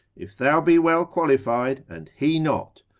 if thou be well qualified, and he not,